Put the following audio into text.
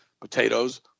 potatoes